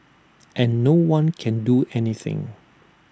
and no one can do anything